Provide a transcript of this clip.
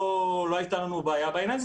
לא הייתה לנו בעיה בעניין הזה.